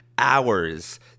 hours